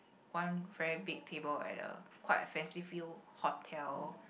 one very big table like that a quite fanciful hotel